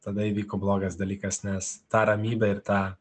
tada įvyko blogas dalykas nes tą ramybę ir tą